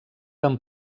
amb